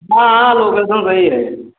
हाँ हाँ लोकेशन सही है